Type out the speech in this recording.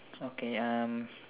okay uh